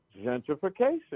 gentrification